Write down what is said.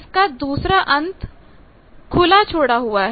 इसका दूसरा अंत खुला छोड़ा हुआ है